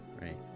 Right